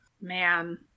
Man